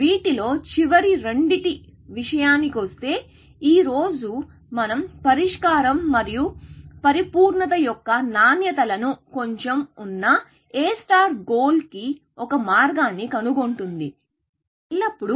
వీటిలో చివరి రెండింటి విషయానికొస్తే ఈ రోజు మనం పరిష్కారం మరియు పరిపూర్ణత యొక్క నాణ్యత లను కొంచెం ఉన్నా A గోల్ కి ఒక మార్గాన్ని కనుగొంటుంది ఎల్లప్పుడూ